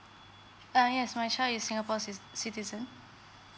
uh yes my child is singapore ci~ citizen